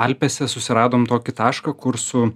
alpėse susiradom tokį tašką kur su